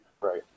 Right